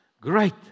great